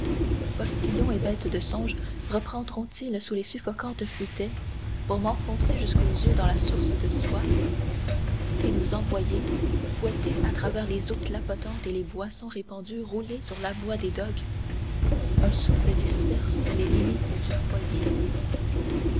postillon et bêtes de songe reprendront ils sous les suffocantes futaies pour m'enfoncer jusqu'aux yeux dans la source de soie et nous envoyer fouettés à travers les eaux clapotantes et les boissons répandues rouler sur l'aboi des dogues un souffle disperse les limites du foyer